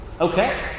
Okay